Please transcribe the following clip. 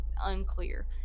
unclear